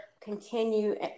continue